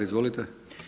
Izvolite!